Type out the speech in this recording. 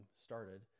started